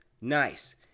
Nice